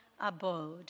abode